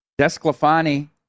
Desclafani